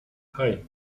hei